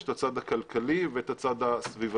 יש את הצד הכלכלי ויש את הצד הסביבתי.